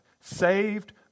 Saved